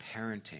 parenting